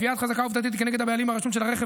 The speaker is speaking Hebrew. קביעת חזקה עובדתית כנגד הבעלים הרשום של הרכב